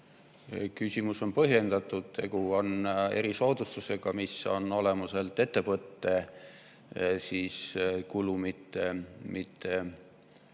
Küsimus on põhjendatud. Tegu on erisoodustusega, mis on olemuselt ettevõtte kulu, mitte